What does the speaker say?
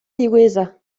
diwezhañ